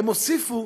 הם הוסיפו